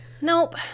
Nope